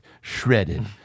shredded